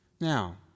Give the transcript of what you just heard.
Now